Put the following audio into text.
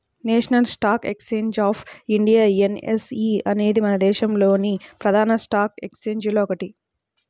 national stock exchange of India NSE అనేది మన దేశంలోని ప్రధాన స్టాక్ ఎక్స్చేంజిల్లో ఒకటి